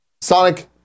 Sonic